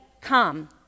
come